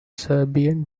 serbian